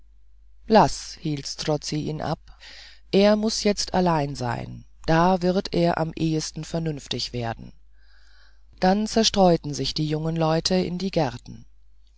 laß hielt strozzi ihn ab er muß jetzt allein sein da wird er am ehesten vernünftig werden dann zerstreuten sich die jungen leute in die gärten